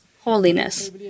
holiness